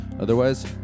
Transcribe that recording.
Otherwise